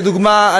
לדוגמה,